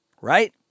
right